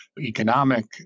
economic